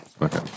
Okay